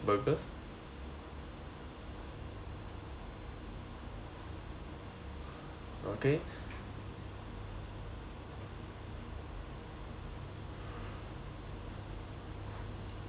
okay